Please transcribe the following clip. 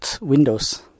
Windows